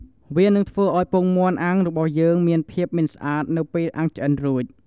វានឹងធ្វើឲ្យពងមាន់អាំងរបស់យើងមានភាពមិនស្អាតនៅពេលអាំងឆ្អិនរួច។